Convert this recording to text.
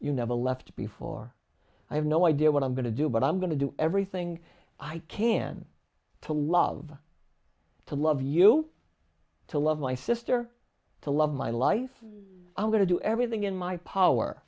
you never left before i have no idea what i'm going to do but i'm going to do everything i can to love to love you to love my sister to love my life i'm going to do everything in my power